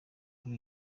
kuri